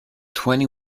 twenty